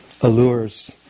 allures